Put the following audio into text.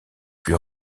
plus